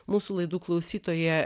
mūsų laidų klausytoja